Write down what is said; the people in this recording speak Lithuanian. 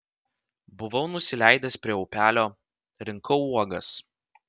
buvau nusileidęs prie upelio rinkau uogas